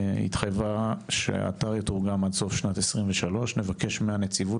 התחייבה שהאתר יתורגם עד סוף שנת 2023. נבקש מהנציבות